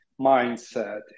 mindset